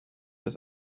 das